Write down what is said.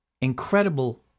incredible